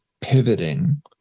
pivoting